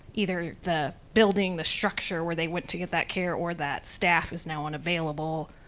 either the building, the structure where they went to get that care or that staff is now unavailable,